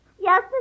Yes